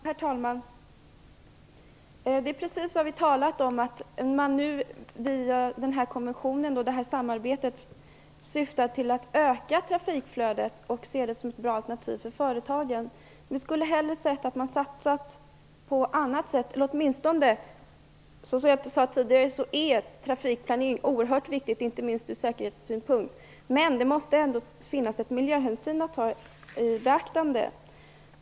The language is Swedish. Herr talman! Det är precis det vi har talat om, att man nu via samarbetet i den här konventionen syftar till att öka trafikflödet och ser det som ett bra alternativ för företagen. Vi skulle hellre ha sett att man satsat på annat sätt. Som jag sade tidigare är trafikplanering oerhört viktigt, inte minst ur säkerhetssynpunkt, men det måste ändå finnas miljöhänsyn att ta i beaktande.